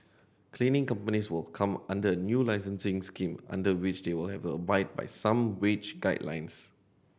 cleaning companies will come under a new licensing scheme under which they will have to abide by some wage guidelines